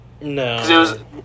No